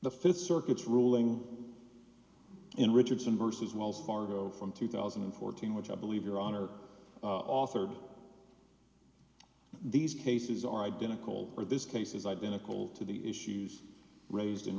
the th circuit ruling in richardson versus wells fargo from two thousand and fourteen which i believe your honor authored these cases are identical or this case is identical to the issues raised in